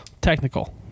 Technical